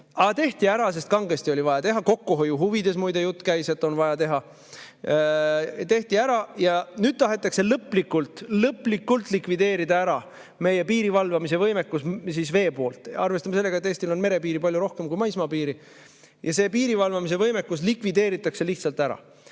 Aga tehti ära, sest kangesti oli vaja teha – kokkuhoiu huvides, muide, jutt käis, et on vaja teha. Tehti ära ja nüüd tahetakse lõplikult – lõplikult! – likvideerida meie piiri valvamise võimekus vee poolt. Arvestame sellega, et Eestil on merepiiri palju rohkem kui maismaapiiri. Ja selle piiri valvamise võimekus likvideeritakse lihtsalt ära.